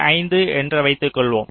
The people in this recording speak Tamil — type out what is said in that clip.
5 என்று வைத்துக்கொள்வோம்